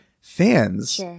fans